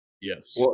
Yes